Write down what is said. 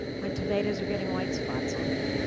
my tomatoes are getting white spots on them.